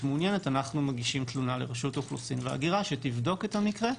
מעוניינת אנחנו מגישים תלונה לרשות האוכלוסין וההגירה שתבדוק את המקרה.